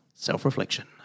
Self-reflection